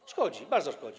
To szkodzi, bardzo szkodzi.